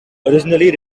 originally